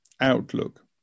outlook